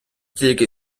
тільки